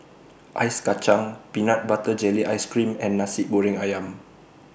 Ice Kacang Peanut Butter Jelly Ice Cream and Nasi Goreng Ayam